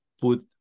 put